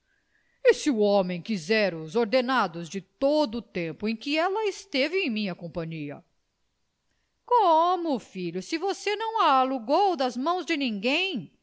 se o homem quiser os ordenados de todo o tempo em que ela esteve em minha companhia como filho se você não a alugou das mãos de ninguém